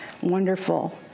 wonderful